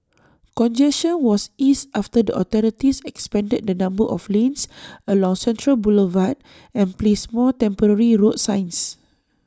congestion was eased after the authorities expanded the number of lanes along central Boulevard and placed more temporary road signs